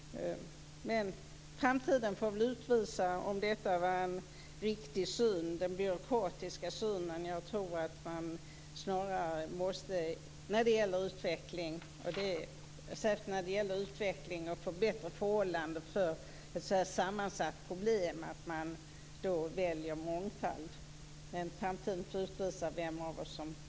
Framtiden får väl utvisa om detta var en riktig syn, den byråkratiska synen. Jag tror att man snarare, särskilt när det gäller utveckling för att få bättre förhållanden vid ett så här sammansatt problem, borde välja mångfald. Men framtiden får utvisa vem av oss som har rätt.